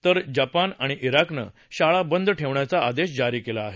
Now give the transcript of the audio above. तर जपान आणि िवकनं शाळा बंद ठेवण्याचा आदेश जारी केला आहे